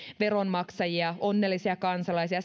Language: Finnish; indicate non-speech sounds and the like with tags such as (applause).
veronmaksajia onnellisia kansalaisia (unintelligible)